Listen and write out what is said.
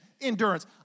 endurance